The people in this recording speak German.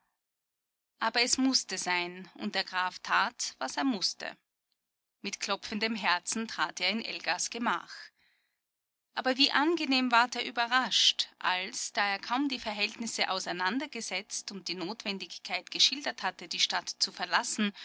aber es mußte sein und der graf tat was er mußte mit klopfendem herzen trat er in elgas gemach aber wie angenehm ward er überrascht als da er kaum die verhältnisse auseinandergesetzt und die notwendigkeit geschildert hatte die stadt zu verlassen